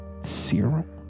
serum